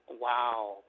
wow